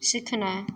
सिखनाय